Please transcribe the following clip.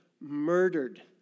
murdered